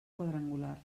quadrangular